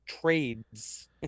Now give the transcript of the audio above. trades